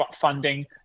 funding